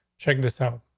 check this out.